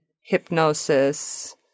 hypnosis